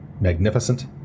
magnificent